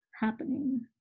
happening